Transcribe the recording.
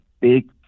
big